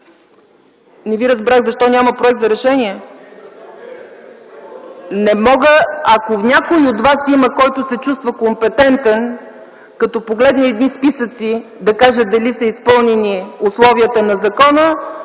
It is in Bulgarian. Не ви разбрах - защо няма проект за решение? (Реплики от КБ.) Ако има някой от вас, който се чувства компетентен - като погледне едни списъци, да каже дали са изпълнени условията на закона,